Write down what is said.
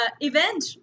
event